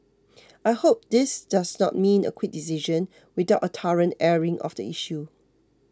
I hope this does not mean a quick decision without a thorough airing of the issue